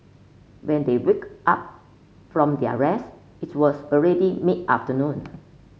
when they wake up from their rest it was already mid afternoon